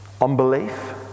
Unbelief